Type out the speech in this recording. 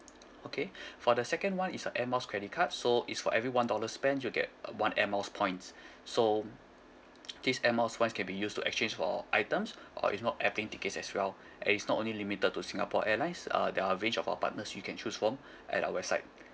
okay for the second one is a air miles credit card so is for every one dollar spent you get a one air miles points so this air miles points can be used to exchange for items or if not airplane tickets as well and it's not only limited to singapore airlines uh there are a range of our partners you can choose from at our website